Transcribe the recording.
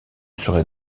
serait